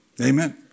Amen